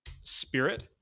spirit